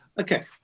Okay